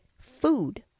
food